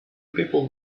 people